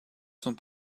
sont